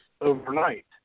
overnight